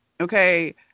okay